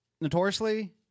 Notoriously